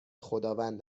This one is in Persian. خداوند